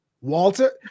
Walter